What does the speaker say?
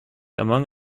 among